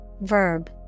Verb